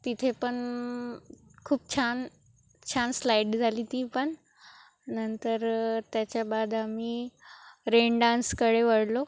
तिथे पण खूप छान छान स्लाईड झाली ती पण नंतर त्याच्या बाद आम्ही रेन डान्सकडे वळलो